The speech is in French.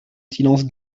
silence